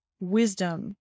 wisdom